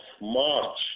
March